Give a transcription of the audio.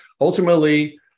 ultimately